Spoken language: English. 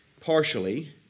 partially